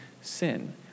sin